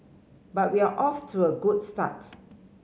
but we're off to a good start